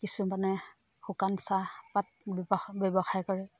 কিছুমানে শুকান চাহপাত ব্যৱসায় ব্যৱসায় কৰে